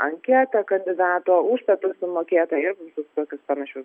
anketą kandidato užstatą sumokėtą ir visus tokius panašius